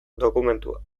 dokumentua